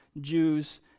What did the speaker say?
Jews